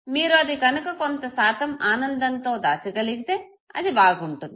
మీరు అది కనుక కొంత శాతం ఆనందంతో దాచగలిగితే అది బాగుంటుంది